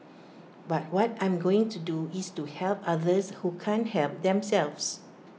but what I'm going to do is to help others who can't help themselves